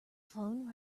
phone